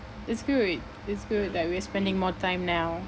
it's good it's good that we're spending more time now